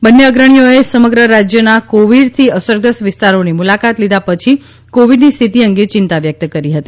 બંને અગ્રણીઓએ સમગ્ર રાજ્યના કોવિડથી અસરગ્રસ્ત વિસ્તારોની મુલાકાત લીધા પછી કોવિડની સ્થિતિ અંગે ચિંતા વ્યક્ત કરી હતી